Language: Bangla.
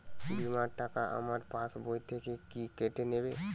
বিমার টাকা আমার পাশ বই থেকে কি কেটে নেবে?